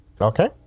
okay